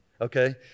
Okay